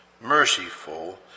merciful